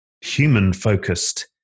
human-focused